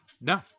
No